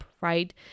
right